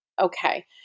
Okay